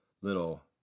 little